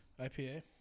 IPA